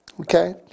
Okay